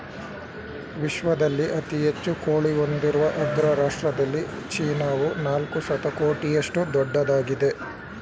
ವಿಶ್ವದಲ್ಲಿ ಅತಿ ಹೆಚ್ಚು ಕೋಳಿ ಹೊಂದಿರುವ ಅಗ್ರ ರಾಷ್ಟ್ರದಲ್ಲಿ ಚೀನಾವು ನಾಲ್ಕು ಶತಕೋಟಿಯಷ್ಟು ದೊಡ್ಡದಾಗಿದೆ